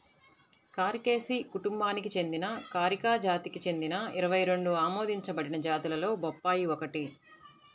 కారికేసి కుటుంబానికి చెందిన కారికా జాతికి చెందిన ఇరవై రెండు ఆమోదించబడిన జాతులలో బొప్పాయి ఒకటి